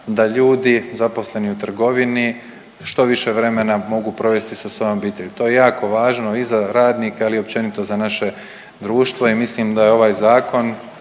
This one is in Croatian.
da ljudi zaposleni u trgovini što više vremena mogu provesti sa svojom obitelji. To je jako važno i za radnika, ali i općenito za naše društvo i mislim da je ovaj zakon,